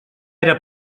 era